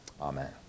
amen